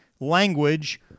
language